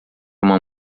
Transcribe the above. uma